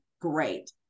Great